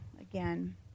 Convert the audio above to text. again